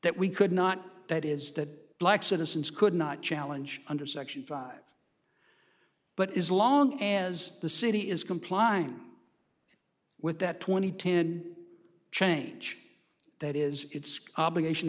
that we could not that is that black citizens could not challenge under section five but is long as the city is compliant with that twenty ten change that is its obligation